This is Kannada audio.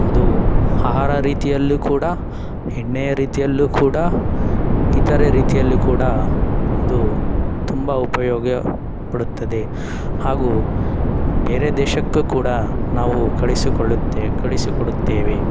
ಅದು ಆಹಾರ ರೀತಿಯಲ್ಲೂ ಕೂಡ ಎಣ್ಣೆಯ ರೀತಿಯಲ್ಲೂ ಕೂಡ ಇತರೆ ರೀತಿಯಲ್ಲೂ ಕೂಡ ಇದು ತುಂಬ ಉಪಯೋಗ ಪಡುತ್ತದೆ ಹಾಗೂ ಬೇರೆ ದೇಶಕ್ಕೂ ಕೂಡ ನಾವು ಕಳಿಸಿಕೊಳ್ಳುತ್ತೆ ಕಳಿಸಿಕೊಡುತ್ತೇವೆ